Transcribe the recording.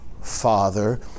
Father